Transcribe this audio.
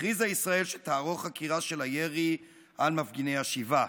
הכריזה ישראל שתערוך חקירה של הירי על מפגיני השיבה.